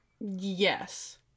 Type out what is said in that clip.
Yes